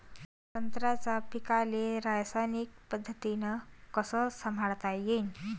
संत्र्याच्या पीकाले रासायनिक पद्धतीनं कस संभाळता येईन?